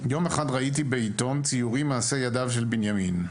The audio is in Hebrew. יום אחד ראיתי בעיתון ציורים מעשה ידיו של בנימין,